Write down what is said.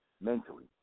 mentally